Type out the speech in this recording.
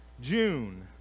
June